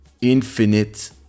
infinite